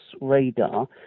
Radar